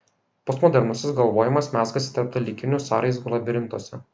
postmodernusis galvojimas mezgasi tarpdalykinių sąraizgų labirintuose